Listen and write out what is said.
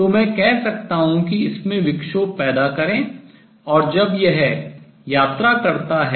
तो मैं कह सकता हूँ कि इसमें विक्षोभ पैदा करें और जब यह travel यात्रा करता है